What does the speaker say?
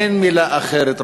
אין מילה אחרת,